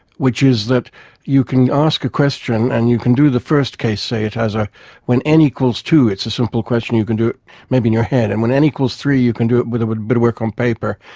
which is that you can ask a question and you can do the first case. say it has ah when n equal two, it's a simple question, you can do it maybe in your head, and when n equal three you can do it with it with a bit of work on paper,